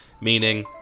Meaning